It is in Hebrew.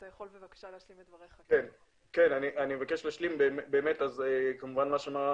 אבקש להשלים את דברי, כמו שתיארה